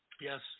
Yes